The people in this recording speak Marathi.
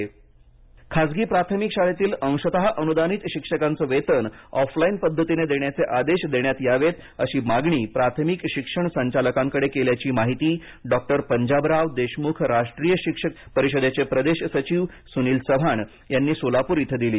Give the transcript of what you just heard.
शिक्षक वेतन खासगी प्राथमिक शाळेतील अंशत अनुदानित शिक्षकांचं वेतन ऑफलाइन पद्धतीने देण्याचे आदेश देण्यात यावेत अशी मागणी प्राथमिक शिक्षण संचालकांकडे केल्याची माहिती डॉक्टर पंजाबराव देशमुख राष्ट्रीय शिक्षक परिषदेचे प्रदेश सचिव सुनील चव्हाण यांनी सोलापुर इथं दिली